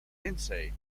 lindsay